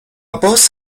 باز